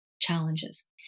challenges